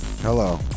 Hello